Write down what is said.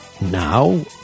now